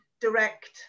direct